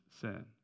sin